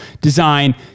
design